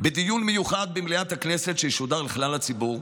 בדיון מיוחד במליאת הכנסת שישודר לכלל הציבור,